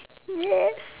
yes